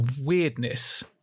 weirdness